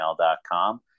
gmail.com